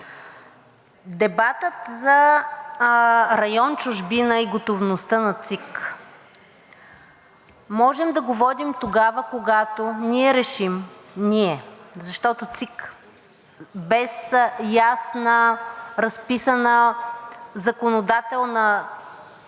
Дебатът за район „Чужбина“ и готовността на ЦИК можем да го водим тогава, когато ние решим, ние, защото ЦИК без ясна разписана законодателна